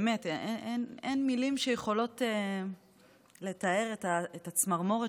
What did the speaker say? באמת אין מילים שיכולות לתאר את הצמרמורת